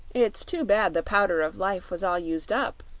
it's too bad the powder of life was all used up,